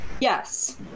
Yes